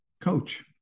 coach